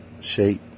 shape